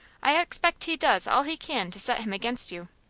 i expect he does all he can to set him against you.